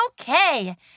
Okay